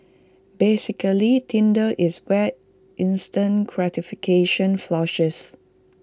basically Tinder is where instant gratification flourishes